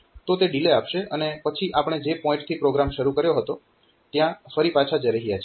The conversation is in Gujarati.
તો તે ડીલે આપશે અને પછી આપણે જે પોઇન્ટથી પ્રોગ્રામ શરુ કર્યો હતો ત્યાં ફરી પાછા જઈ રહ્યા છીએ